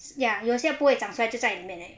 ya 有些不会长出来就在里面而已